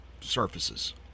surfaces